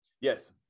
Yes